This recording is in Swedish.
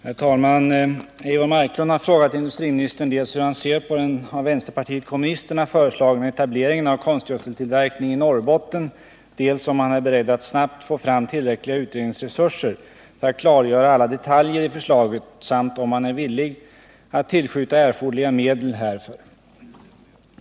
Herr talman! Eivor Marklund har frågat industriministern, dels hur han ser på den av vänsterpartiet kommunisterna föreslagna etableringen av konstgödseltillverkning i Norrbotten, dels om han är beredd att snabbt få fram tillräckliga utredningsresurser för att klargöra alla detaljer i förslaget samt om han är villig att tillskjuta erforderliga medel härför.